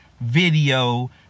video